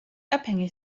abhängig